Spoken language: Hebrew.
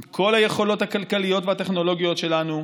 עם כל היכולות הכלכליות והטכנולוגיות שלנו,